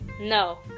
No